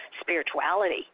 spirituality